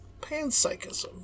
Panpsychism